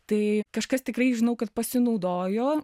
tai kažkas tikrai žinau kad pasinaudojo